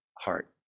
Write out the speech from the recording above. heart